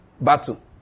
battle